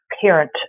parent